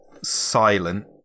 Silent